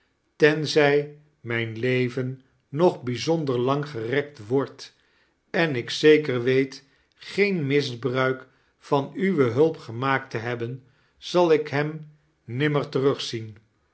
tenzjj mijn leven nog bijzonder lang gerekt wordt en ik zeker weet geen misbruik van uwe hulp gemaakt te hebben zal ik hem nimmer terugzien